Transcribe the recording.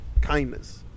kindness